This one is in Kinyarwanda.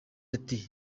ati